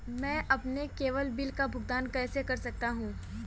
मैं अपने cable bill का भुगतान कैसे कर सकता हूँ?